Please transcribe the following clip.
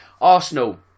Arsenal